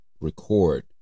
record